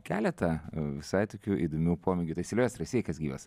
keletą visai tokių įdomių pomėgių tai silvestrai sveikas gyvas